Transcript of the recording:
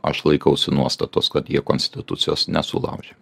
aš laikausi nuostatos kad jie konstitucijos nesulaužė